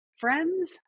Friends